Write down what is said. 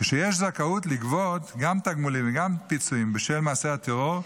כשיש זכאות לגבות גם תגמולים וגם פיצויים בשל מעשי הטרור,